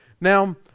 now